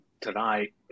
tonight